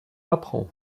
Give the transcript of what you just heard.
apprend